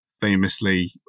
famously